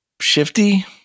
Shifty